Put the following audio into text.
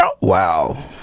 wow